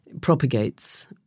propagates